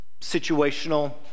situational